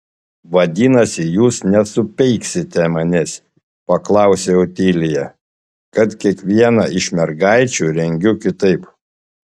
vadinasi jūs nesupeiksite manęs paklausė otilija kad kiekvieną iš mergaičių rengiu kitaip